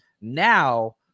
Now